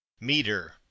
Meter